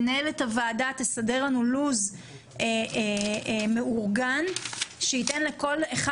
מנהלת הוועדה תסתדר לנו לוז מאורגן שייתן לכל אחד